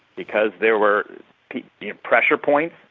because there were pressure points,